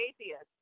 atheist